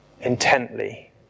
intently